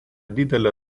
didelę